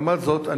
לעומת זאת,